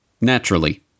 Naturally